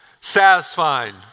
Satisfying